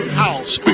house